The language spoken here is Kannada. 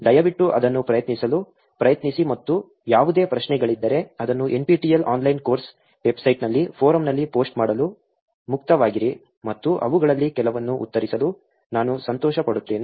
ದಯವಿಟ್ಟು ಅದನ್ನು ಪ್ರಯತ್ನಿಸಲು ಪ್ರಯತ್ನಿಸಿ ಮತ್ತು ಯಾವುದೇ ಪ್ರಶ್ನೆಗಳಿದ್ದರೆ ಅದನ್ನು NPTEL ಆನ್ಲೈನ್ ಕೋರ್ಸ್ ವೆಬ್ಸೈಟ್ನಲ್ಲಿ ಫೋರಮ್ನಲ್ಲಿ ಪೋಸ್ಟ್ ಮಾಡಲು ಮುಕ್ತವಾಗಿರಿ ಮತ್ತು ಅವುಗಳಲ್ಲಿ ಕೆಲವನ್ನು ಉತ್ತರಿಸಲು ನಾನು ಸಂತೋಷಪಡುತ್ತೇನೆ